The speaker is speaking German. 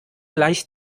gleich